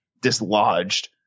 dislodged